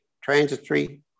transitory